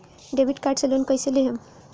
Debit card से loan कईसे लेहम?